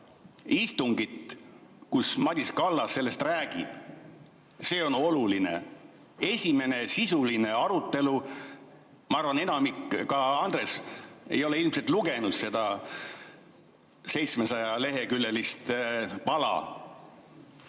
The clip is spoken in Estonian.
istungit, kus Madis Kallas sellest räägib. See on oluline: [see on] esimene sisuline arutelu. Ma arvan, et enamik, ka Andres ei ole ilmselt lugenud seda 700-leheküljelist pala.